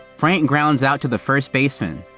frank grounds out to the first baseman.